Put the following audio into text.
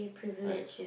right